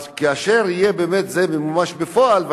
אבל כאשר זה באמת ימומש בפועל,